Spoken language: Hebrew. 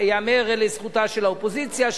ייאמר לזכותה של האופוזיציה,